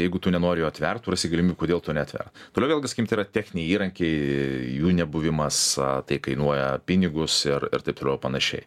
jeigu tu nenori jo atvert tu rasi galimybę kodėl tau neatvert toliau vėlgi sakykim tai yra techniniai įrankiai jų nebuvimas tai kainuoja pinigus ir ir taip toliau ir panašiai